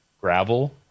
Gravel